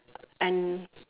and